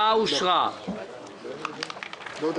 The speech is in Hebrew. הצבעה בעד,